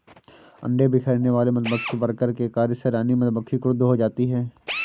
अंडे बिखेरने वाले मधुमक्खी वर्कर के कार्य से रानी मधुमक्खी क्रुद्ध हो जाती है